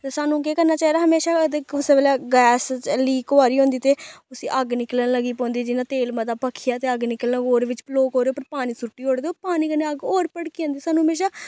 ते सानूं केह् करना चाहिदा हमेशा ते कुसै बेल्लै गैस लीक होआ दी होंदी ते उस्सी अग्ग निकलन लगी पौंदी जि'यां तेल मता भक्खी जाए ते अग्ग निकलग ओह्दे बिच्च लोग ओह्दे उप्पर पानी सुट्टी ओड़दे ते पानी कन्नै अग्ग होर भड़की जंदी सानूं हमेशा